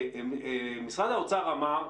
משרד האוצר אמר,